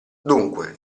dunque